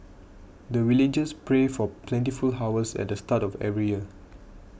the villagers pray for plentiful harvest at the start of every year